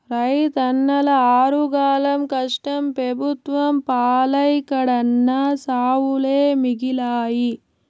రైతన్నల ఆరుగాలం కష్టం పెబుత్వం పాలై కడన్నా సావులే మిగిలాయి